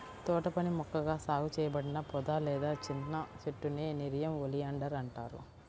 తోటపని మొక్కగా సాగు చేయబడిన పొద లేదా చిన్న చెట్టునే నెరియం ఒలియాండర్ అంటారు